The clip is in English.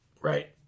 Right